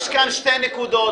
יש כאן שתי נקודות.